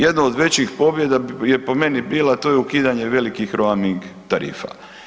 Jedno od većih pobjeda je po meni bila, a to je ukidanje velikih roming tarifa.